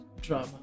drama